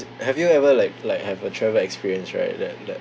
have you ever like like have a travel experience right that that